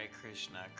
Krishna